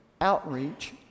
outreach